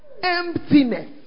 emptiness